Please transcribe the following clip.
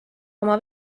oma